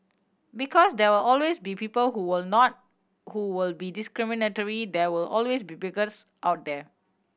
because there will always be people who will not who will be discriminatory there will always be bigots out there